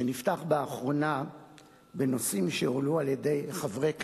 שנפתח באחרונה בנושאים שהועלו על-ידי חברי כנסת,